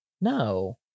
No